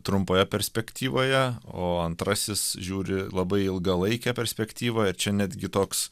trumpoje perspektyvoje o antrasis žiūri labai ilgalaikę perspektyvą ir čia netgi toks